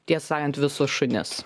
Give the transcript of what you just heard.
tiesą sakant visus šunis